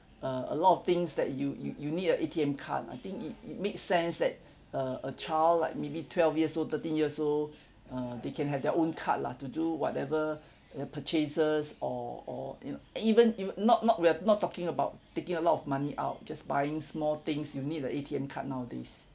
uh a lot of things that you you you need a A_T_M card I think it it makes sense that uh a child like maybe twelve years old thirteen years old uh they can have their own card lah to do whatever their purchases or or you know even if not not we're not talking about taking a lot of money out just buying small things you need a A_T_M card nowadays